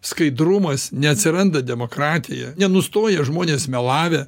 skaidrumas neatsiranda demokratija nenustoja žmonės melavę